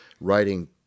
writing